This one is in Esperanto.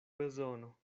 bezono